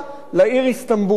09:00 לעיר איסטנבול,